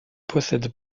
possède